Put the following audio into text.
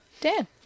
Dan